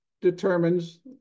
determines